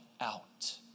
out